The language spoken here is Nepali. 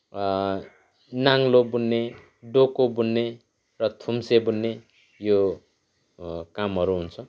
नाङ्लो बुन्ने डोको बुन्ने र थुन्से बुन्ने यो कामहरू हुन्छ